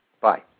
Bye